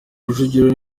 rujugiro